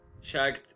shagged